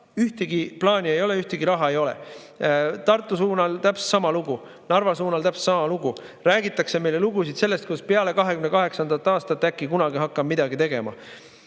Ühtegi plaani ei ole, raha ei ole. Tartu suunal täpselt sama lugu, Narva suunal täpselt sama lugu – räägitakse meile lugusid sellest, kuidas peale 2028. aastat hakkame äkki kunagi midagi tegema.